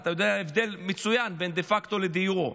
אתה יודע מצוין את ההבדל בין דה פקטו לדה יורה.